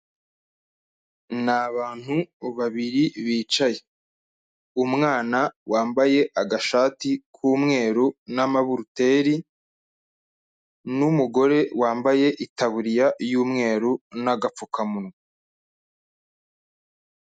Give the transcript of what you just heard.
Ni abantu babiri bicaye. Umwana wambaye agashati k'umweru n'amaburuteri, n'umugore wambaye itaburiya y'umweru n'agapfukamunwa.